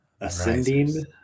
Ascending